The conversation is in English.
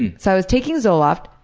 and so i was taking zoloft,